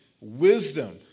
wisdom